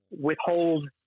withhold